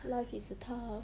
life is tough